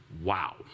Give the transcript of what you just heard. Wow